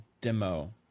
demo